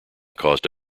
caused